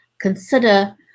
consider